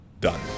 done